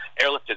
airlifted